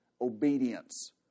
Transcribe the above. obedience